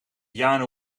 piano